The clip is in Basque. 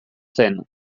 zen